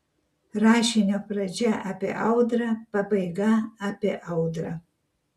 rašinio pradžia apie audrą pabaiga apie audrą